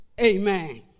Amen